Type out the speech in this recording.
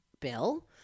bill